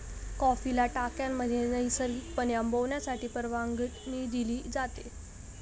कॉफीला टाक्यांमध्ये नैसर्गिकपणे आंबवण्यासाठी परवानगी दिली जाते